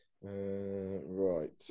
Right